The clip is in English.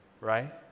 right